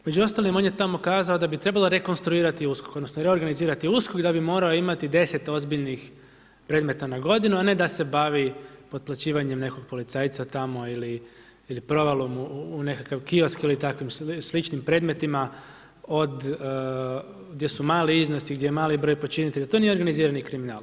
Među ostalim on je tamo kazati da bi trebalo rekonstruirati USKOK, odnosno, reorganizirati USKOK i da bi moramo imati 10 ozbiljnih premeta na godinu, a ne da se bavi otplaćivanje nekoga policajca tamo ili provalu u nekakav kiosk ili takvim sličnim predmetima, od gdje su mali iznosi, gdje je mali broj počinitelja, to nije organizirani kriminal.